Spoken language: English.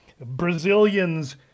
Brazilians